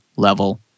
level